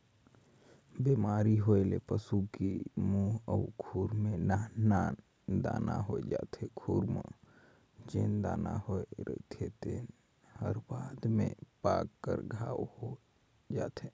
बेमारी होए ले पसू की मूंह अउ खूर में नान नान दाना होय जाथे, खूर म जेन दाना होए रहिथे तेन हर बाद में पाक कर घांव हो जाथे